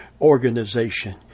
organization